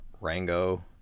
Rango